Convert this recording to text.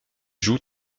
joue